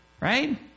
Right